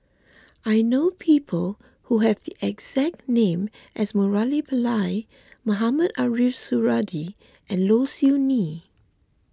I know people who have the exact name as Murali Pillai Mohamed Ariff Suradi and Low Siew Nghee